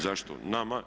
Zašto nama?